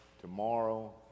tomorrow